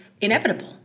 inevitable